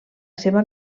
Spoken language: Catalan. seva